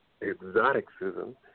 Exoticism